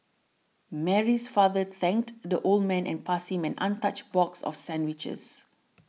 Mary's father thanked the old man and passed him an untouched box of sandwiches